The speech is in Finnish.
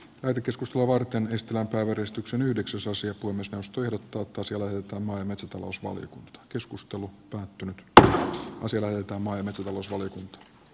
merikeskus tuo varten ystävänpäiväristuksen yhdeksi suosia puun osto ja tuotosjoelta omaa metsätalousmalli puhemiesneuvosto ehdottaa että asioilta mainitsi tulosten